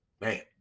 Man